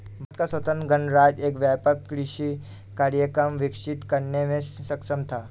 भारत का स्वतंत्र गणराज्य एक व्यापक कृषि कार्यक्रम विकसित करने में सक्षम था